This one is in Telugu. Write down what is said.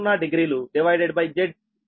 956∟00 డివైడెడ్ బై ZT